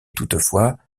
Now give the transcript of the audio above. toutefois